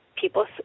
People